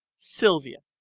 sylvia,